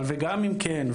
אבל גם אם כן,